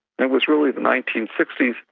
it was really the nineteen sixty